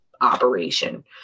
operation